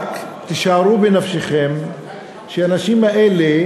רק תשערו בנפשכם שהאנשים האלה